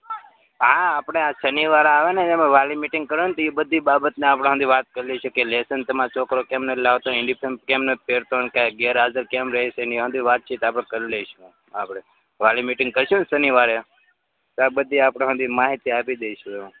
હા આપણે આ શનિવાર આવે ને એમાં વાલી મિટિંગ કરવાની તો એ બધી બાબતને આપણે હંધી વાત કરી લઈશું કે લેશન તમારો છોકરો કેમ નથી લાવતો યુનિફોર્મ કેમ નથી પહેરતો ને કાંઈ ગેરહાજર કેમ રહે છે ને એ હંધી વાતચીત આપણે કરી લઈશું આપણે વાલી મિટિંગ કરીશું ને શનિવારે ત્યારે બધી આપણે હંધી માહિતી આપી દઈશું એમાં